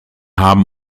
haben